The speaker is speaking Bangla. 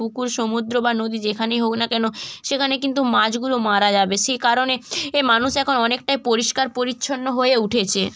পুকুর সমুদ্র বা নদী যেখানেই হোক না কেন সেখানে কিন্তু মাছ গুলো মারা যাবে সেই কারণে এ মানুষ এখন অনেকটাই পরিষ্কার পরিচ্ছন্ন হয়ে উঠেছে